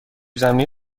زمینی